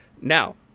Now